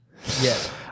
Yes